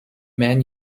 man